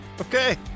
Okay